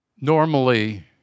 Normally